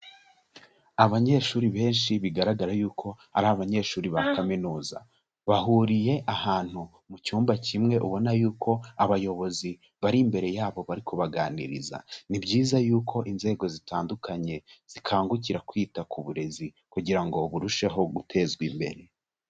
Abanyeshuri benshi bigaragara yuko ari abanyeshuri ba kaminuza, bahuriye ahantu mu cyumba kimwe ubona yuko abayobozi bari imbere yabo bari kubaganiriza, ni byiza yuko inzego zitandukanye zikangukira kwita ku burezi kugira ngo burusheho gutezwa imbere.